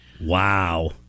Wow